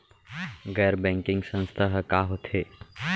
गैर बैंकिंग संस्था ह का होथे?